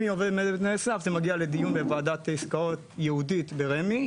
אם היא עומדת בתנאי הסף זה מגיע לדיון בוועדת עסקאות ייעודית ברמ"י,